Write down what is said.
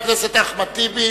חבר הכנסת אחמד טיבי,